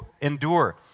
endure